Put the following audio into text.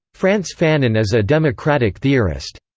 frantz fanon as a democratic theorist.